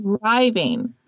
driving